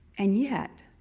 and yet,